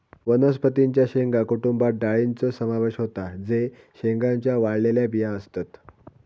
वनस्पतीं च्या शेंगा कुटुंबात डाळींचो समावेश होता जे शेंगांच्या वाळलेल्या बिया असतत